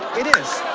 it is.